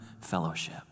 fellowship